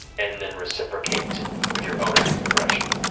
and then reciprocate with your own act of aggression.